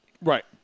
Right